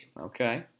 Okay